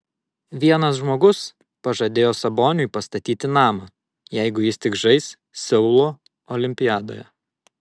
vienas žmogus pažadėjo saboniui pastatyti namą jeigu jis tik žais seulo olimpiadoje